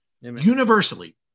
Universally